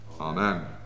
Amen